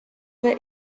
were